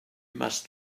must